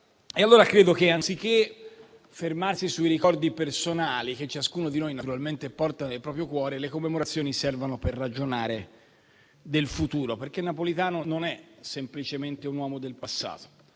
allora che, anziché fermarsi sui ricordi personali che ciascuno di noi naturalmente porta nel proprio cuore, le commemorazioni servano per ragionare del futuro. Napolitano non è semplicemente un uomo del passato,